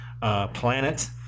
planet